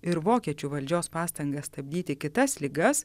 ir vokiečių valdžios pastangas stabdyti kitas ligas